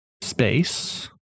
space